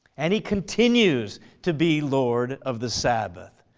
and he continues to be lord of the sabbath.